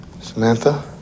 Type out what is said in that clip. Samantha